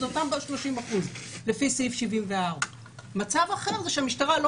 אלה אותם 30% לפי סעיף 74. מצב אחרי זה שהמשטרה לא